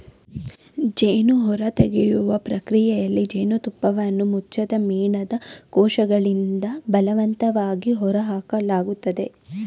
ಜೇನು ಹೊರತೆಗೆಯುವ ಪ್ರಕ್ರಿಯೆಯಲ್ಲಿ ಜೇನುತುಪ್ಪವನ್ನು ಮುಚ್ಚದ ಮೇಣದ ಕೋಶಗಳಿಂದ ಬಲವಂತವಾಗಿ ಹೊರಹಾಕಲಾಗ್ತದೆ